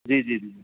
जी जी जी